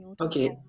okay